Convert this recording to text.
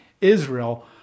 Israel